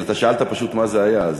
אתה שאלת פשוט מה זה היה,